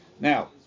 Now